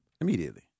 Immediately